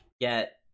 get